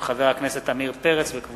מאת חבר הכנסת עתניאל שנלר,